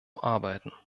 arbeiten